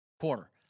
corner